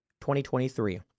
2023